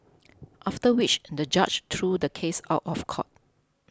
after which the judge threw the case out of court